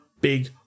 big